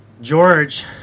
George